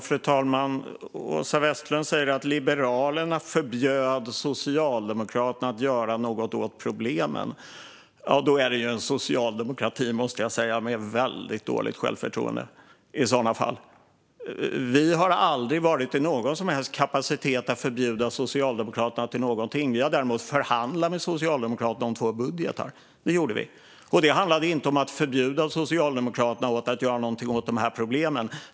Fru talman! Åsa Westlund säger att Liberalerna förbjöd Socialdemokraterna att göra något åt problemen. Det måste jag säga är en socialdemokrati med väldigt dåligt självförtroende. Vi har aldrig haft någon som helst kapacitet att förbjuda Socialdemokraterna någonting. Vi har däremot förhandlat med Socialdemokraterna om två budgetar. Det gjorde vi, och det handlade inte om att förbjuda Socialdemokraterna att göra någonting åt de här problemen.